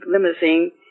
limousine